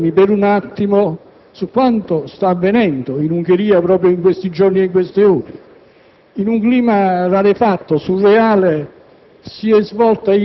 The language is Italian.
che in quest'Aula ci si soffermi per un attimo su quanto sta avvenendo in Ungheria in questi giorni e in queste ore.